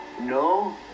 No